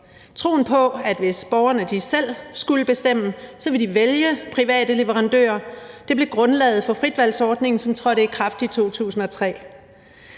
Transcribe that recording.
Troen på, at borgerne, hvis de selv skulle bestemme, ville vælge private leverandører, blev grundlaget for fritvalgsordningen, som trådte i kraft i 2003.